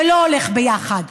זה לא הולך ביחד.